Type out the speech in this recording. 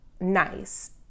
nice